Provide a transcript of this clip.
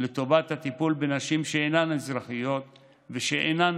לטובת הטיפול בנשים שאינן אזרחיות ושאינן